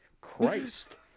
christ